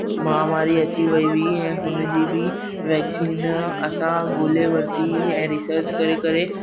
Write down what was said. महामारी अची वई हुई ऐं हुनजी बि वैक्सीन असां ॻोल्हे वरिती ऐं रीसर्च करे करे